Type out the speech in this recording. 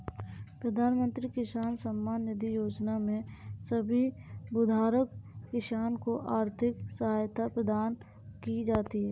प्रधानमंत्री किसान सम्मान निधि योजना में सभी भूधारक किसान को आर्थिक सहायता प्रदान की जाती है